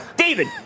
David